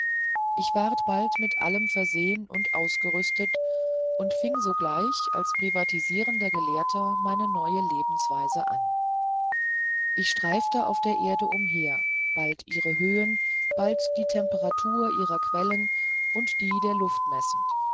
ich ward bald mit allem versehen und ausgerüstet und ich fing sogleich als privatisierender gelehrter meine neue lebensweise an ich streifte auf der erde umher bald ihre höhen bald die temperatur ihrer quellen und die der luft messend